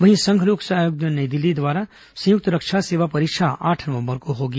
वहीं संघ लोक सेवा आयोग नई दिल्ली द्वारा संयुक्त रक्षा सेवा परीक्षा आठ नवंबर को होगी